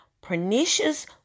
Pernicious